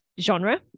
genre